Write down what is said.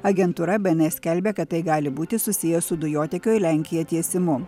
agentūra bene skelbia kad tai gali būti susiję su dujotiekio į lenkiją tiesimu